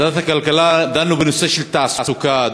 בוועדת הכלכלה דנו בנושא התעסוקה,